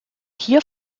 hier